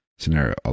scenario